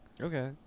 Okay